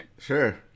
sure